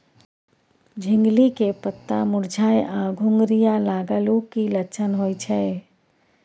झिंगली के पत्ता मुरझाय आ घुघरीया लागल उ कि लक्षण होय छै?